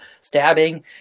stabbing